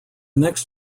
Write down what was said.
next